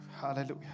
hallelujah